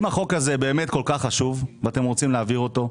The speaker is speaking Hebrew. אם החוק הזה כל כך חשוב ואתם רוצים להעביר אותו,